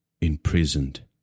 imprisoned